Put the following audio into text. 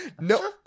no